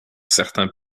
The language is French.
certains